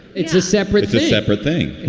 it's a separate it's a separate thing.